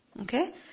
Okay